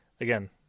again